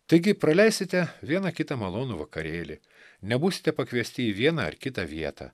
taigi praleisite vieną kitą malonų vakarėlį nebūsite pakviesti į vieną ar kitą vietą